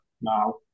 now